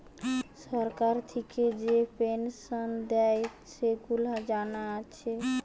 সরকার থিকে যে পেনসন দেয়, সেগুলা জানা আছে